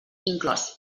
inclòs